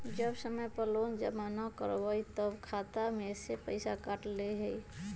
जब समय पर लोन जमा न करवई तब खाता में से पईसा काट लेहई?